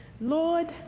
Lord